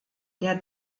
der